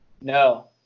No